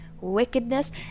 wickedness